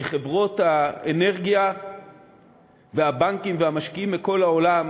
כי חברות האנרגיה והבנקים והמשקיעים מכל העולם